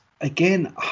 again